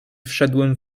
wszedłem